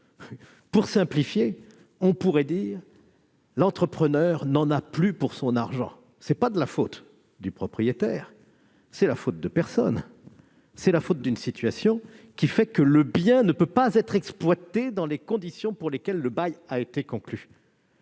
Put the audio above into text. pour simplifier, on pourrait dire que l'entrepreneur n'en a plus pour son argent. Ce n'est pas la faute du propriétaire, ce n'est la faute de personne, c'est la faute d'une situation qui fait que le bien ne peut pas être exploité dans les conditions pour lesquelles le bail a été conclu.